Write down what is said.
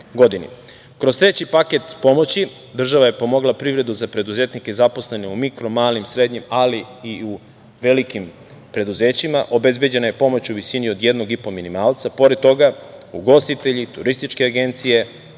treći paket pomoć država je pomogla privredu za preduzetnike zaposlene u mikro, malim, srednjim ali i u velikim preduzećima. Obezbeđena je pomoć u visini od jednog i po minimalca, pored toga ugostitelj, turističke agencije,